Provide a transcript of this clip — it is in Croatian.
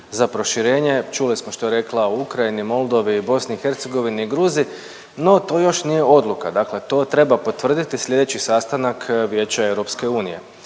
za proširenje, čuli smo što je rekla o Ukrajini, Moldovi, BiH i Gruziji no to još nije odluka dakle to treba potvrditi sljedeći sastanak Vijeća EU. Ono